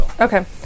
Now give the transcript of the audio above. Okay